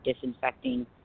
disinfecting